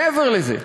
מעבר לזה,